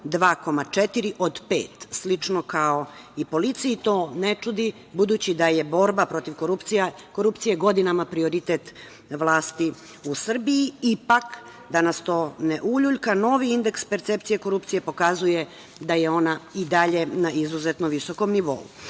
2,4 od 5, slično kao i policiji. To ne čudi, budući da je borba protiv korupcije godinama prioritet vlasti u Srbiji. Ipak, da nas to ne uljuljka, novi indeks percepcije korupcije pokazuje da je ona i dalje na izuzetno visokom nivou. Ono